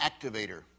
activator